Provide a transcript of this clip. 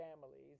families